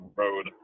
road